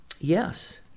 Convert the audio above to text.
Yes